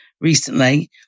recently